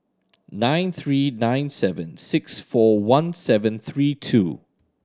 nine three nine seven six four one seven three two